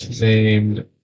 named